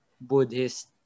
Buddhist